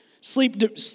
sleep